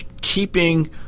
keeping